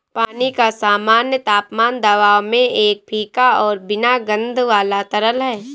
पानी का सामान्य तापमान दबाव में एक फीका और बिना गंध वाला तरल है